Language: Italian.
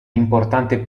importante